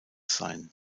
sein